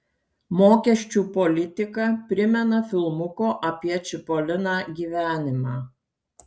mokesčių politika primena filmuko apie čipoliną gyvenimą